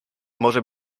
może